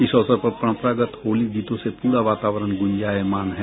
इस अवसर पर परंपरागत होली गीतों से पूरा वातावरण गुंजायमान है